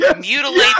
mutilate